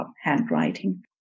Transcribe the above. handwriting